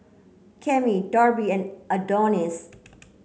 Cami Darby and Adonis